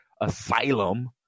Asylum